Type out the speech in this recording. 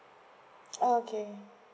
okay